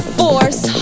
force